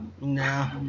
No